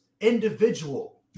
individual